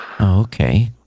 Okay